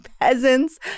peasants